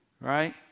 right